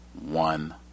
one